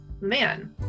man